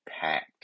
packed